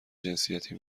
جنسیتی